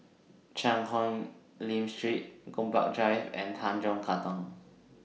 Cheang Hong Lim Street Gombak Drive and Tanjong Katong